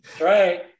right